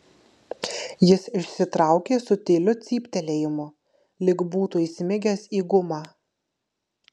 jis išsitraukė su tyliu cyptelėjimu lyg būtų įsmigęs į gumą